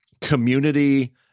community